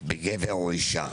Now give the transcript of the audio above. בגבר או באישה.